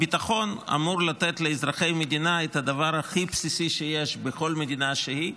הביטחון אמור לתת לאזרחי המדינה את הדבר הכי בסיסי שיש בכל מדינה שהיא,